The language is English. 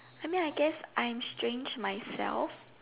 I mean I guess I'm strange myself